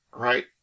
right